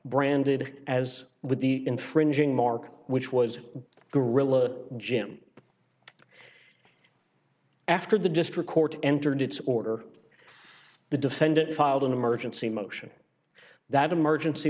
branded as with the infringing market which was guerilla jim after the district court entered its order the defendant filed an emergency motion that emergency